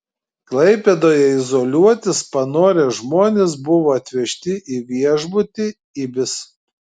klaipėdoje izoliuotis panorę žmonės buvo atvežti į viešbutį ibis